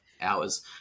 hours